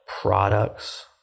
products